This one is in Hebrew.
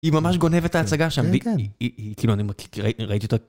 היא ממש גונבת את ההצגה שם, היא כאילו אני ראיתי אותה